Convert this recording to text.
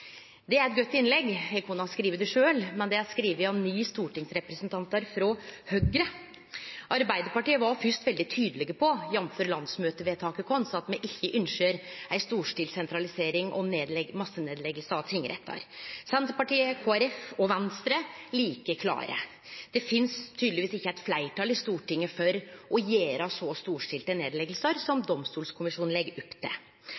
Det er eit godt innlegg. Eg kunne ha skrive det sjølv, men det er skrive av ni stortingsrepresentantar frå Høgre. Arbeidarpartiet var først veldig tydeleg på, jf. landsmøtevedtaket vårt, at me ikkje ønskjer ei storstilt sentralisering og massenedlegging av tingrettar. Senterpartiet, Kristeleg Folkeparti og Venstre er like klare. Det finst tydeligvis ikkje eit fleirtal i Stortinget for så storstilte nedleggingar som Domstolkommisjonen legg opp til.